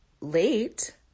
late